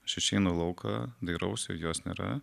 aš išeinu į lauką dairausi jos nėra